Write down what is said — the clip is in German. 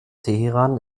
teheran